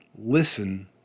listen